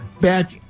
back